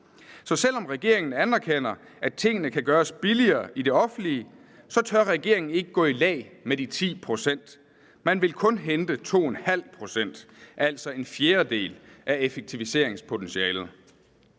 Så selv om regeringen anerkender, at tingene kan gøres billigere i det offentlige, så tør regeringen ikke gå i lag med de 10 pct. Man vil kun hente 2½ pct., altså en fjerdedel af effektiviseringspotentialet.